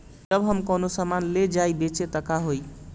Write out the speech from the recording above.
जब हम कौनो सामान ले जाई बेचे त का होही?